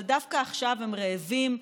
אבל דווקא עכשיו הם רעבים,